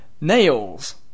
nails